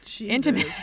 intimate